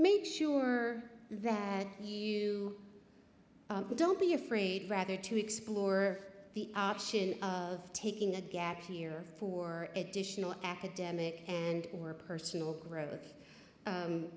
make sure that you don't be afraid rather to explore the option of taking a gap year for additional academic and or personal growth